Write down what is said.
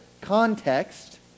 context